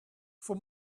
for